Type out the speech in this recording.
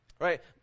Right